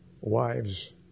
wives